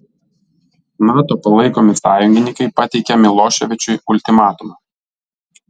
nato palaikomi sąjungininkai pateikė miloševičiui ultimatumą